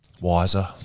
wiser